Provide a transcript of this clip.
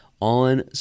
On